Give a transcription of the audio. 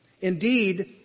Indeed